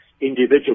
individual